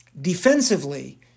defensively